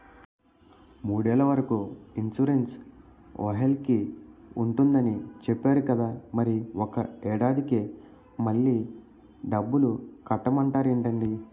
మూడేళ్ల వరకు ఇన్సురెన్సు వెహికల్కి ఉంటుందని చెప్పేరు కదా మరి ఒక్క ఏడాదికే మళ్ళి డబ్బులు కట్టమంటారేంటండీ?